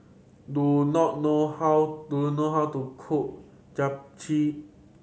do not know how do you know how to cook Japchae